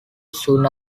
soon